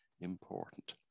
important